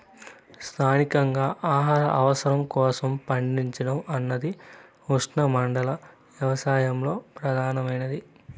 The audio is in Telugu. స్థానికంగా ఆహార అవసరాల కోసం పండించడం అన్నది ఉష్ణమండల వ్యవసాయంలో ప్రధానమైనది